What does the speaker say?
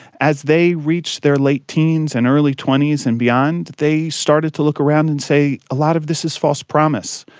as they reached their late teens and early twenty s and beyond, they started to look around and say a lot of this is false promise.